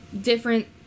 different